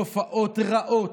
תופעות רעות,